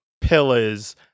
pillars